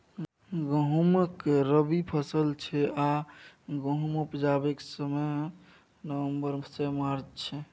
गहुँम रबी फसल छै आ गहुम उपजेबाक समय नबंबर सँ मार्च छै